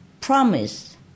promise